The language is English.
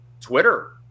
Twitter